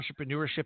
Entrepreneurship